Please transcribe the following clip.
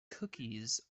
cookies